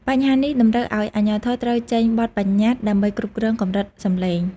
បញ្ហានេះតម្រូវឱ្យអាជ្ញាធរត្រូវចេញបទបញ្ញត្តិដើម្បីគ្រប់គ្រងកម្រិតសំឡេង។